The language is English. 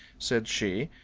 said she.